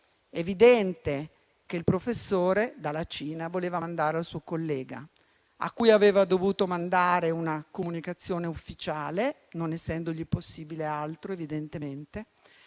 evidente che il professore dalla Cina voleva mandare al suo collega, a cui aveva dovuto mandare una comunicazione ufficiale - non essendogli possibile fare altro, evidentemente